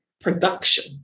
production